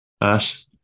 Ash